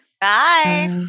Bye